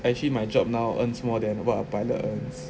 actually my job now earns more than what a pilot earns